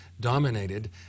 dominated